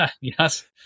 Yes